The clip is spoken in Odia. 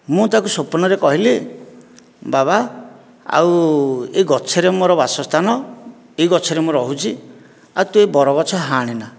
ମୁଁ ତାକୁ ସ୍ୱପ୍ନରେ କହିଲି ବାବା ଆଉ ଏହି ଗଛରେ ମୋର ବାସସ୍ଥାନ ଏ ଗଛରେ ମୁଁ ରହୁଛି ଆଉ ତୁ ଏ ବରଗଛ ହାଣେନା